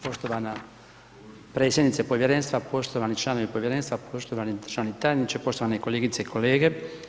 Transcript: Poštovana predsjednice Povjerenstva, poštovani članovi Povjerenstva, poštovani državni tajniče, poštovane kolegice i kolege.